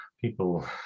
people